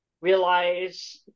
realize